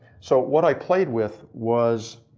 so what i played with was,